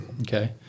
Okay